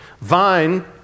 Vine